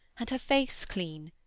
and her face clean,